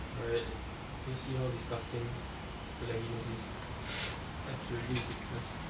really let's see how disgusting the laggyness is absolutely ridiculous